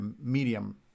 medium